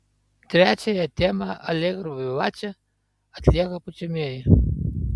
trečiąją temą alegro vivače atlieka pučiamieji